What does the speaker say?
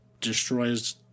destroys